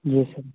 یس سر